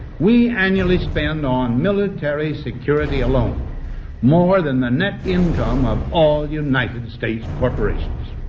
we annually spend on military security alone more than the net income of all united states corporations.